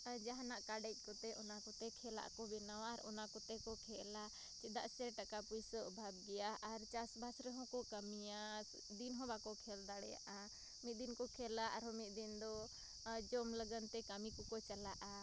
ᱡᱟᱦᱟᱱᱟᱜ ᱠᱟᱰᱮᱡᱛᱮ ᱚᱱᱟᱠᱚᱛᱮ ᱠᱷᱮᱞᱟᱜ ᱠᱚ ᱵᱮᱱᱟᱣᱟ ᱟᱨ ᱚᱱᱟ ᱠᱚᱛᱮᱠᱚ ᱠᱷᱮᱞᱟ ᱪᱮᱫᱟᱜ ᱥᱮ ᱴᱟᱠᱟᱼᱯᱩᱭᱥᱟᱹ ᱚᱵᱷᱟᱵᱽ ᱜᱮᱭᱟ ᱟᱨ ᱪᱟᱥᱵᱟᱥ ᱨᱮᱦᱚᱸᱠᱚ ᱠᱟᱹᱢᱤᱭᱟ ᱫᱤᱱᱦᱚᱸ ᱵᱟᱠᱚ ᱠᱷᱮᱞ ᱫᱟᱲᱮᱭᱟᱜᱼᱟ ᱢᱤᱫ ᱫᱤᱱᱠᱚ ᱠᱷᱮᱞᱟ ᱟᱨᱦᱚᱸ ᱢᱤᱫ ᱫᱤᱱᱫᱚ ᱡᱚᱢ ᱞᱟᱹᱜᱤᱫᱛᱮ ᱠᱟᱹᱢᱤᱠᱚᱠᱚ ᱪᱟᱞᱟᱜᱼᱟ